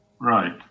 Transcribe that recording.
Right